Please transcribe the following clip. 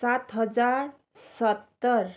सात हजार सत्तर